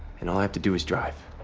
and all i have to do is drive?